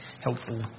helpful